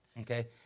Okay